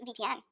VPN